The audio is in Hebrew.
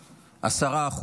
10%,